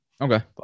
Okay